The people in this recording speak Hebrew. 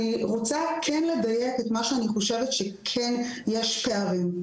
אני רוצה כן לדייק את מה שאני חושבת שכן יש פערים,